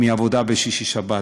מעבודה בשישי-שבת.